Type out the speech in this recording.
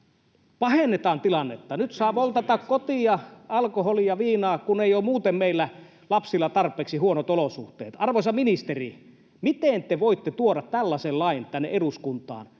Honkosen välihuuto] Nyt saa woltata kotiin alkoholia, viinaa, kun ei ole muuten meillä lapsilla tarpeeksi huonot olosuhteet. Arvoisa ministeri, miten te voitte tuoda tällaisen lain tänne eduskuntaan,